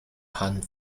hung